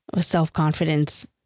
self-confidence